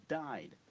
died